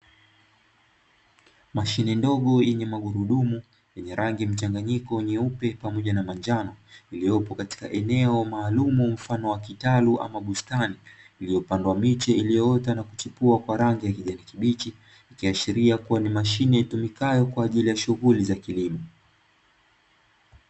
Mashine ndogo yenye magurudumu yenye rangi mchanganyiko nyeupe pamoja na manjano, iliyopo katika eneo maalumu mfano wa kitalu ama bustani, iliyopandwa miche iliyoota na kuchipua kwa rangi ya kijani kibichi, ikiashiria kuwa ni mashine itumikayo kwa shughuli za kilimo.